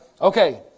Okay